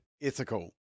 ethical